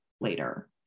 later